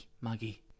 Maggie